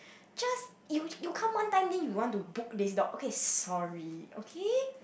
just you you come one time then you want to book this dog okay sorry okay